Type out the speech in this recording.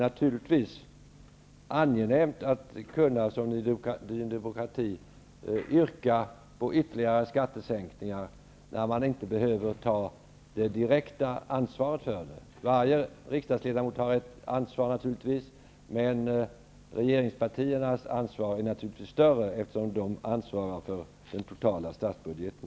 Naturligtvis är det angenämt att, som ni i Ny demokrati gör, yrka på ytterligare skattesänkningar när man inte behöver ta det direkta ansvaret. Varje riksdagsledamot har i och för sig ett ansvar, men regeringspartiernas ansvar är naturligtvis större, eftersom regeringspartierna ansvarar för den totala statsbudgeten.